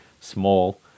small